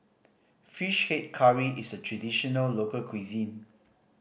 Fish Head Curry is a traditional local cuisine